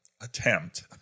attempt